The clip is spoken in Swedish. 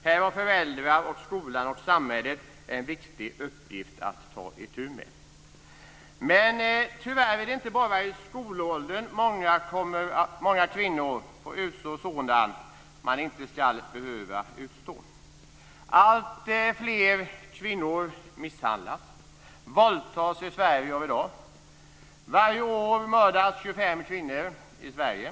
Här har föräldrar, skola och samhälle en viktig uppgift att ta itu med. Men tyvärr är det inte bara i skolåldern som många kvinnor får utstå sådant som man inte ska behöva utstå. Alltfler kvinnor misshandlas och våldtas i Sverige av i dag. Varje år mördas 25 kvinnor i Sverige.